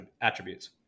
attributes